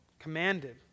commanded